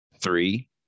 three